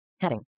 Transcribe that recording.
heading